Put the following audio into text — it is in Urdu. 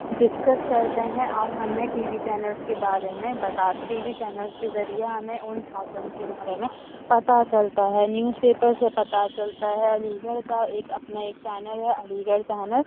ڈسکس کرتے ہیں اور ہمیں ٹی وی چینلس کے بارے میں بتاتے ٹی وی چینلس کے ذریعہ ہمیں اُن پرابلمس کے بارے میں پتہ چلتا ہے نیوز پیپر سے پتہ چلتا ہے علی گڑھ کا ایک اپنا ایک چینل ہے علی گڑھ چینل